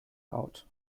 laut